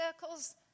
circles